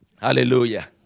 Hallelujah